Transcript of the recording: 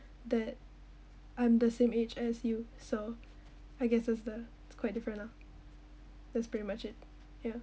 that I'm the same age as you so I guess is the quite different lah that's pretty much it ya